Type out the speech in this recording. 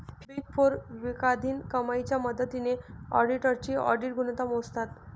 big four विवेकाधीन कमाईच्या मदतीने ऑडिटर्सची ऑडिट गुणवत्ता मोजतात